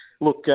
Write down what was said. look